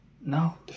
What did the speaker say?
No